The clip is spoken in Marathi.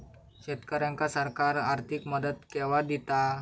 शेतकऱ्यांका सरकार आर्थिक मदत केवा दिता?